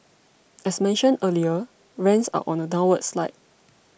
as mentioned earlier rents are on a downward slide